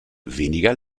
weniger